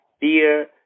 dear